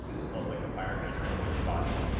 it still has like the fire kind of trailing up its body.